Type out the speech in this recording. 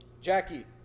Jackie